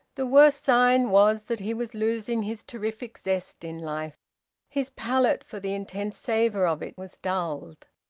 the worst sign was that he was losing his terrific zest in life his palate for the intense savour of it was dulled.